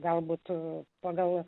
gal būtų pagal